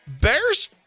Bears